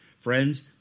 Friends